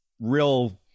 real